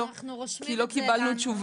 אנחנו רושמים את הכל.